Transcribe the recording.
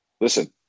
listen